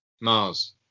Mars